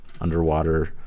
underwater